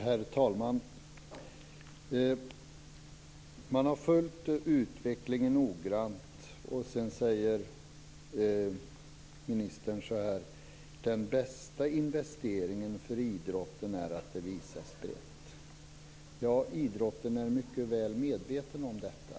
Herr talman! Ministern säger att man har följt utvecklingen noggrant och att den bästa investeringen för idrotten är att den visas brett. Idrotten är mycket väl medveten om detta.